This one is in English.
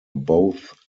both